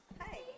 Hi